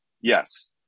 Yes